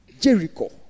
Jericho